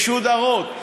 משודרות,